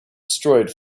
destroyed